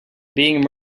being